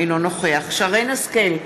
אינו נוכח שרן השכל,